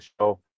show